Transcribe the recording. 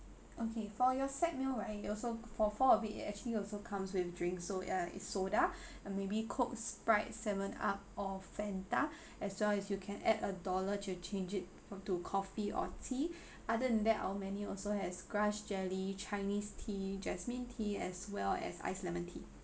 okay for your side meal right it also for four of it it actually also comes with drink so ya it's soda and maybe coke sprite seven up or fanta as well as you can add a dollar to change it fr~ to coffee or tea other than that our menu also has grass jelly chinese tea jasmine tea as well as ice lemon tea